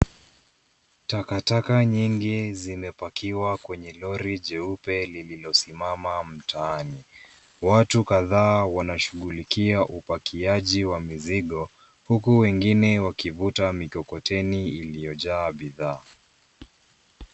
Takataka nyingi zimepakiwa kwenye lori jeupe, lililosimama mtaani. Watu kadhaa wanashughulikia upakiaji wa mizigo, huku wengine wakivuta mikokoteni iliyojaa bidhaa.